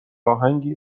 اهنگی